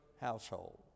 household